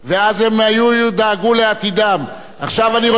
אני רוצה לומר לכם שהיו מערכות משפחתיות,